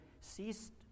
ceased